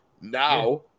Now